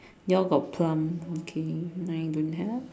yours got plum okay mine don't have